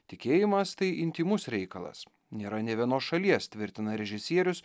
tikėjimas tai intymus reikalas nėra nė vienos šalies tvirtina režisierius